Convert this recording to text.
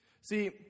See